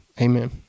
Amen